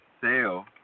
sale